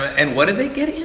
and what do they get in?